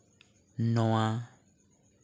ᱱᱚᱣᱟ